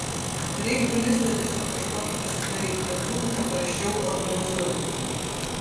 reiktų listą tiesiog kažkokį pasidaryt kad būtų paprasčiau organizuotis